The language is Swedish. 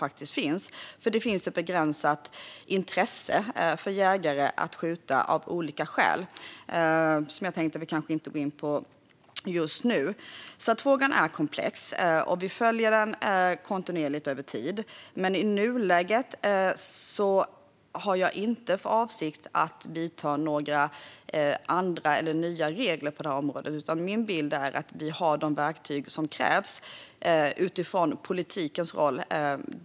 Det finns nämligen ett begränsat intresse för jägare att skjuta - av olika skäl, som jag tänker att vi kanske inte ska gå in på just nu. Frågan är alltså komplex. Vi följer den kontinuerligt över tid. Men i nuläget har jag inte för avsikt att vidta några nya åtgärder på detta område. Min bild är att vi har de verktyg som krävs utifrån politikens roll.